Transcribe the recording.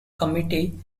committee